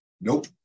nope